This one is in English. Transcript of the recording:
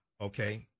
okay